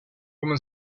woman